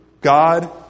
God